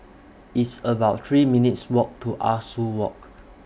It's about three minutes' Walk to Ah Soo Walk